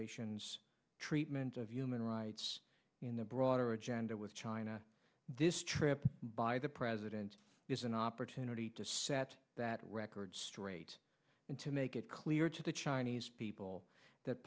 administration's treatment of human rights in the broader agenda with china this trip by the president is an opportunity to set that record straight and to make it clear to the chinese people that